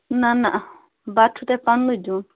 نہ نہ بَتہٕ چھو تۄہہِ پَننُے دیُن